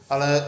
Ale